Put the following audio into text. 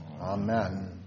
Amen